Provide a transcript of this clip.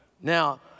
Now